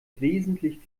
wesentlich